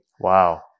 Wow